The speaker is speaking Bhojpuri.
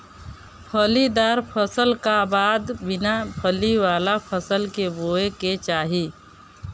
फलीदार फसल का बाद बिना फली वाला फसल के बोए के चाही